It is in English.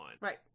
right